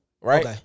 Right